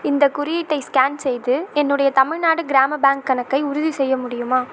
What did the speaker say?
இந்த குறியீட்டை ஸ்கேன் செய்து என்னுடைய தமிழ்நாடு கிராம பேங்க் கணக்கை உறுதிசெய்ய முடியுமா